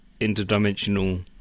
interdimensional